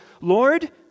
Lord